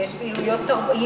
יש פעילויות, כן.